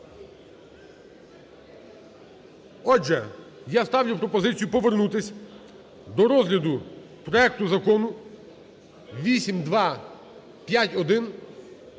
Отже, я ставлю пропозицію повернутись до розгляду проекту Закону 8251.